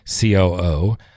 COO